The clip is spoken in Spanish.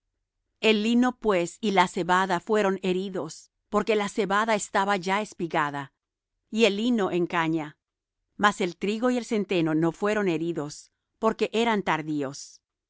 el lino pues y la cebada fueron heridos porque la cebada estaba ya espigada y el lino en caña mas el trigo y el centeno no fueron heridos porque eran tardíos